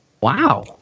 Wow